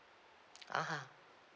(uh huh)